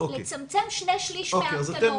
הצלחנו לצמצם שני שליש מההמתנות.